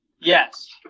Yes